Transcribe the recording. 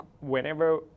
whenever